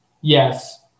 yes –